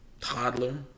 toddler